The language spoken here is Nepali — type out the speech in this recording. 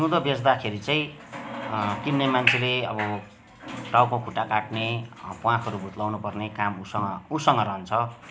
जिउँदो बेच्दाखेरि चाहिँ किन्ने मान्छेले अब टाउको खुट्टा काट्ने प्वाँखहरू भुत्लाउनु पर्ने काम ऊसँग ऊसँग रहन्छ